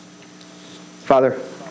Father